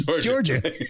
Georgia